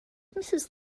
mrs